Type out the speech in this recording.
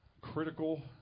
critical